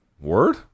Word